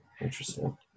Interesting